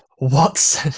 watson.